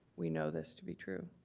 we know this to be true.